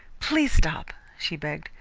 please stop, she begged.